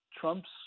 Trump's